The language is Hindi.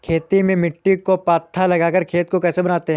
खेती में मिट्टी को पाथा लगाकर खेत को बनाते हैं?